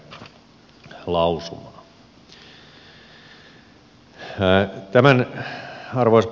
arvoisa puhemies